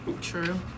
True